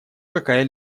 какая